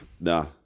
Nah